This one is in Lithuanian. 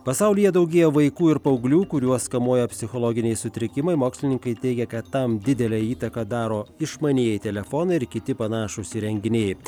pasaulyje daugėja vaikų ir paauglių kuriuos kamuoja psichologiniai sutrikimai mokslininkai teigia kad tam didelę įtaką daro išmanieji telefonai ir kiti panašūs įrenginėti